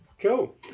Cool